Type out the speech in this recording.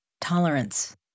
Tolerance